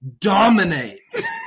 Dominates